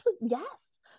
Yes